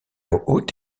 haute